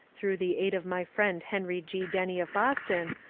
through the aid of my friend henry g. denny of boston,